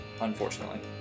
unfortunately